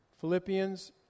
Philippians